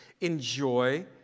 enjoy